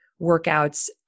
workouts